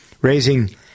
Raising